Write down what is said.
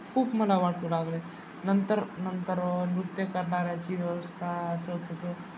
खूप मला वाटू लागलं आहे नंतर नंतर नृत्य करणाऱ्याची व्यवस्था असं तसं